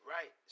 Right